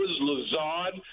Lazard